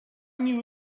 knew